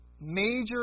major